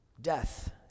Death